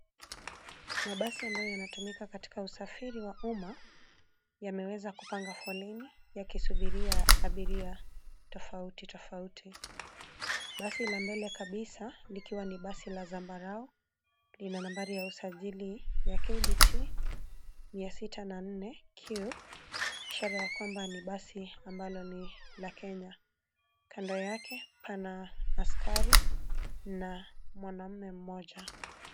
Mabasi ambayo yanatumika katika usafiri wa umma, yameweza kupanga foleni yakisubiria abiria tofauti tofauti. Basi la mbele kabisa likiwa ni basi la zambarau lina nambari ya usajili ya KBT 604 Q ishara ya kwamba ni basi ambalo ni la Kenya. Kando yake pana askari na mwanamume mmoja.